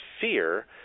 fear